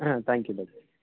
ah thank you doctor